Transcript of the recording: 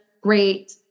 great